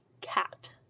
cat